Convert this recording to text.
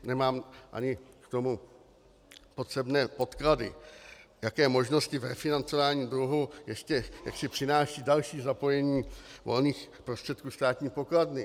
Nemám k tomu ani potřebné podklady, jaké možnosti v refinancování dluhu ještě přináší další zapojení volných prostředků státní pokladny.